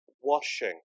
washing